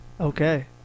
Okay